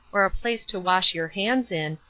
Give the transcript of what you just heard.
or a place to wash your hands in,